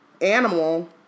animal